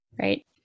right